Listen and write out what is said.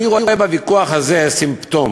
אני רואה בוויכוח הזה סימפטום,